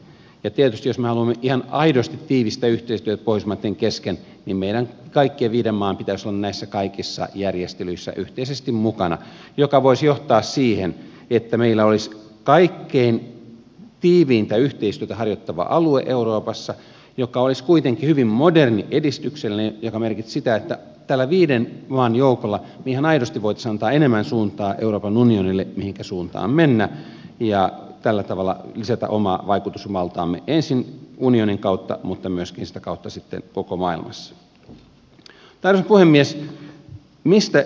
tietysti jos me haluamme ihan aidosti tiivistä yhteistyötä pohjoismaitten kesken niin meidän kaikkien viiden maan pitäisi olla näissä kaikissa järjestelyissä yhteisesti mukana mikä voisi johtaa siihen että meillä olisi kaikkein tiiveintä yhteistyötä harjoittava alue euroopassa joka olisi kuitenkin hyvin moderni edistyksellinen mikä merkitsisi sitä että tällä viiden maan joukolla ihan aidosti voitaisiin antaa enemmän suuntaa euroopan unionille mihinkä suuntaan mennä ja tällä tavalla lisätä omaa vaikutusvaltaamme ensin unionin kautta mutta myöskin sitä kautta sitten koko maailmassa